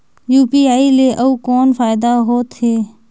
UPI ले अउ कौन फायदा होथ है?